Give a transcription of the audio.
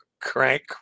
crank